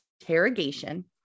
interrogation